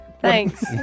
Thanks